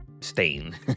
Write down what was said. stain